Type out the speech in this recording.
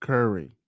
Curry